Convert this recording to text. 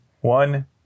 one